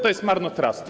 To jest marnotrawstwo.